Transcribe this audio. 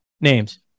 names